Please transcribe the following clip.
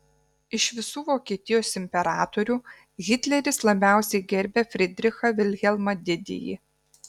iš visų vokietijos imperatorių hitleris labiausiai gerbė fridrichą vilhelmą didįjį